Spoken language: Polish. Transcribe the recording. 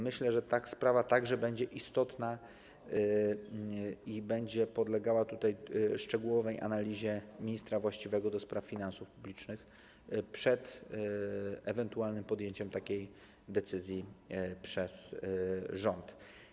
Myślę, że ta sprawa także będzie istotna i to będzie podlegało szczegółowej analizie ministra właściwego do spraw finansów publicznych przed ewentualnym podjęciem takiej decyzji przez rząd.